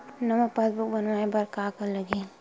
नवा पासबुक बनवाय बर का का लगही?